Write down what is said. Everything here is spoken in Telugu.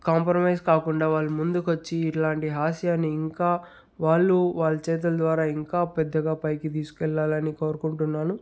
కంప్రమైస్ కాకూండా వాళ్ళు ముందుకు వచ్చి ఇలాంటి హాస్యాన్ని ఇంకా వాళ్ళు వాళ్ళ చేతల ద్వారా ఇంకా పెద్దగా పైకి తీసుకెళ్ళాలని కోరుకుంటున్నాను